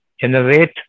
generate